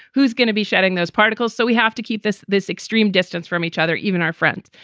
who's gonna be shedding those particles. so we have to keep this this extreme distance from each other, even our friends.